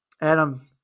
Adam